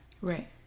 Right